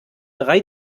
drei